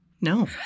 No